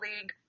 League